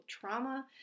trauma